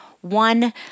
one